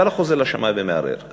אתה לא חוזר לשמאי ומערער.